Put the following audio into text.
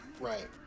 Right